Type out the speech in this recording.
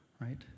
right